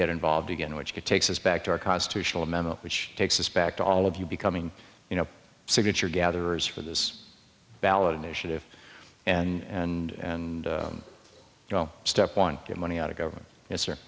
get involved again which takes us back to our constitutional memo which takes us back to all of you becoming you know signature gatherers for this ballot initiative and and you know step one get money out of government it's